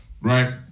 right